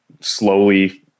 slowly